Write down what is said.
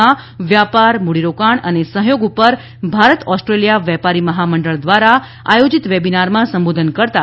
માં વ્યાપાર મૂડીરોકાણ અને સહયોગ ઉપર ભારત ઓસ્ટ્રેલિયા વેપારી મહામંડળ દ્વારા આયોજિત વેબિનારમાં સંબોધન કરતાં શ્રી તા